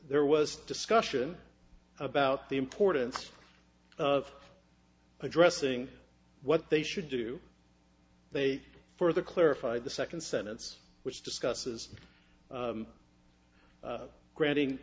there was discussion about the importance of addressing what they should do they further clarify the second sentence which discusses granting